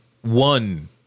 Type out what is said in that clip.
one